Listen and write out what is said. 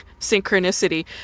synchronicity